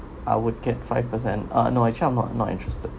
I would get five percent uh no actually I'm not not interested